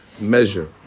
measure